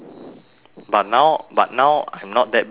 but now but now I not that big yet [what]